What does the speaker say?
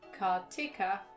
kartika